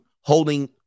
holding